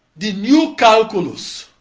the new calculus,